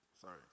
Sorry